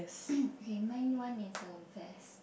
okay mine one is a vest